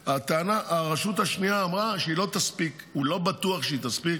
הרשות השנייה אמרה שלא בטוח שהיא תספיק